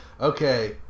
okay